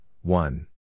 one